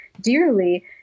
dearly